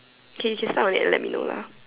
K you should start on it and let me know lah